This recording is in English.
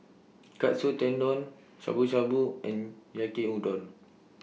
Katsu Tendon Shabu Shabu and Yaki Udon